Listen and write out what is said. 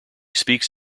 speaks